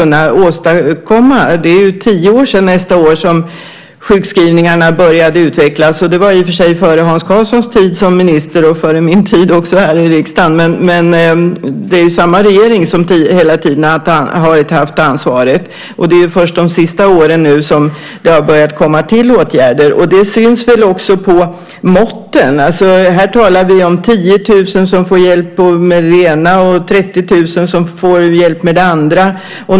Nästa år är det tio år sedan sjukskrivningarna började utvecklas åt det här hållet. Det var i och för sig före Hans Karlssons tid som minister och före min tid här i riksdagen, men det är samma regering som hela tiden har haft ansvaret. Det är först de senaste åren som åtgärder har börjat vidtas. Det syns väl också på måtten. Här talar vi om 10 000 som får hjälp med det ena och 30 000 som får hjälp med det andra.